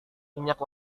minyak